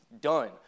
done